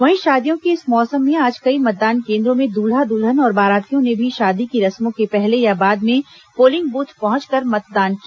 वहीं शादियों के इस मौसम में आज कई मतदान केन्द्रों में दूल्हा दुल्हन और बारातियों ने भी शादी की रस्मों के पहले या बाद में पोलिंग बूथ पहुंचकर मतदान किया